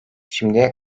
şimdiye